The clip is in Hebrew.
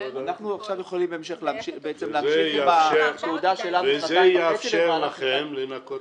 אנחנו יכולים להמשיך עם ה --- וזה יאפשר לכם לנקות